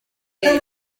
today